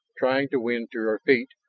trying to win to her feet,